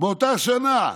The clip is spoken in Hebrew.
באותה שנה,